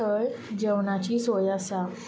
थंय जेवणाची सोय आसा